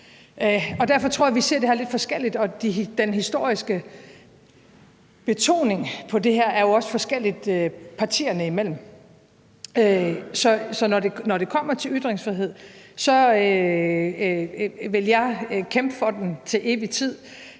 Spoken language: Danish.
derfor tror jeg, at vi ser det her lidt forskelligt. Den historiske betoning af det her er jo også forskellig partierne imellem. Så når det kommer til ytringsfrihed, vil jeg kæmpe for den til evig tid.